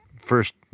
first